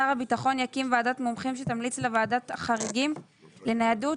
שר הביטחון יקים ועדת מומחים שתמליץ לוועדת החריגים לניידות